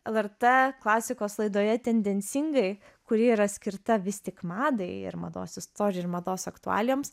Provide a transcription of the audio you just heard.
lrt klasikos laidoje tendencingai kuri yra skirta vis tik madai ir mados istorijai ir mados aktualijoms